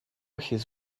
his